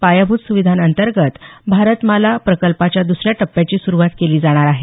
पायाभूत सुविधांतर्गत भारतमाला प्रकल्पाच्या द्सऱ्या टप्प्याची सुरुवात केली जाणार आहे